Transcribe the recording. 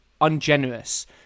ungenerous